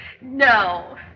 No